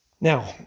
Now